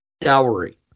dowry